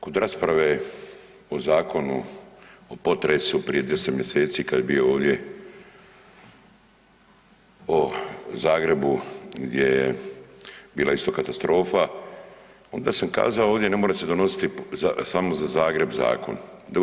Kod rasprave o Zakonu o potresu prije 10 mjeseci kada je bio ovdje o Zagrebu gdje je bila isto katastrofa, onda sam kazao ovdje ne mora se donositi samo za Zagreb zakon.